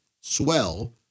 swell